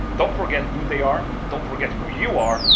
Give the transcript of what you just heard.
don't forget who they are. don't forget who you are.